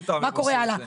מה קורה הלאה?